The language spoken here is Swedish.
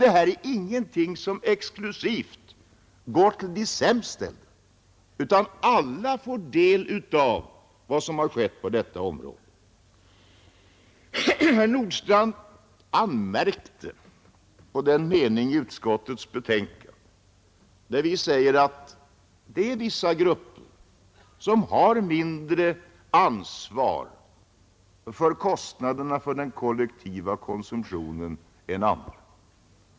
Det här är ingenting som exklusivt går till de sämst ställda, utan alla får del av vad som sker på detta område. Herr Nordstrandh anmärkte på den mening i utskottets betänkande där vi säger att det finns vissa grupper som har mindre ansvar för kostnaderna för den kollektiva konsumtionen än vad andra har.